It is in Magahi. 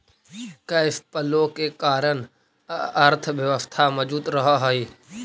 कैश फ्लो के कारण अर्थव्यवस्था मजबूत रहऽ हई